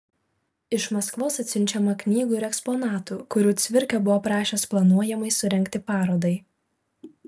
iš maskvos atsiunčiama knygų ir eksponatų kurių cvirka buvo prašęs planuojamai surengti parodai